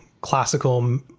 classical